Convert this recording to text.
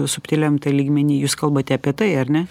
subtiliam tai lygmeny jūs kalbate apie tai ar ne